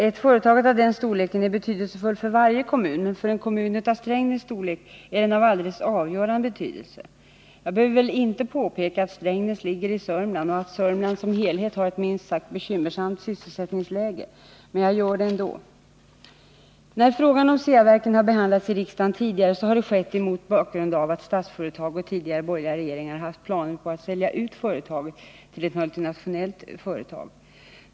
Ett företag av den storleksordningen är betydelsefullt för varje kommun, men fören kommun av Strängnäs storlek är det av alldeles avgörande betydelse. Jag behöver väl inte påpeka att Strängnäs ligger i Sörmland, och att Sörmland som helhet har ett minst sagt bekymmersamt sysselsättningsläge — men jag gör det ändå. När frågan om Ceaverken har behandlats i riksdagen tidigare har det skett mot bakgrund av att Statsföretag och tidigare borgerliga regeringar har haft planer på att sälja ut företaget till ett multinationellt företag.